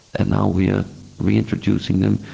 and now we are reintroducing them,